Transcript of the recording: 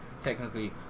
technically